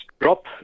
drop